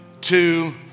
two